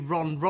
Ron